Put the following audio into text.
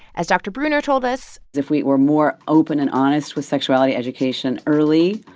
as dr. breuner told us. if we were more open and honest with sexuality education early,